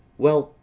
well,